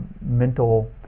mental